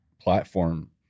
platform